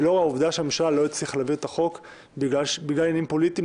ולאור העובדה שהממשלה לא הצליחה להעביר את החוק בגלל עניינים פוליטיים.